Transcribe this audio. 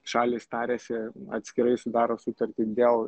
šalys tariasi atskirai sudaro sutartį dėl